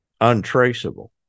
untraceable